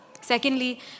Secondly